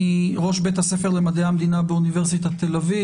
ראש בית הספר למדעי המדינה באוניברסיטת תל אביב,